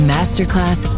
Masterclass